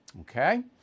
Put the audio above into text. Okay